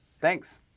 Thanks